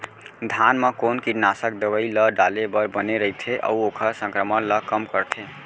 धान म कोन कीटनाशक दवई ल डाले बर बने रइथे, अऊ ओखर संक्रमण ल कम करथें?